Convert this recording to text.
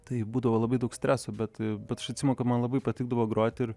tai būdavo labai daug streso bet bet aš atsimenu kad man labai patikdavo groti ir